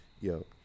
Yo